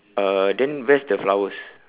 uh then where's the flowers